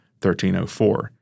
1304